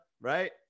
right